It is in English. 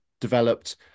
developed